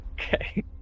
Okay